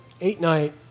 eight-night